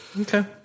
Okay